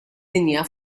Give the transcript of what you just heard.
dinja